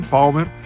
Palmer